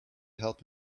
help